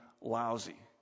lousy